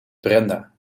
brenda